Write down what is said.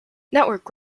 network